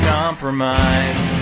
compromise